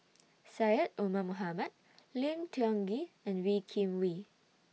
Syed Omar Mohamed Lim Tiong Ghee and Wee Kim Wee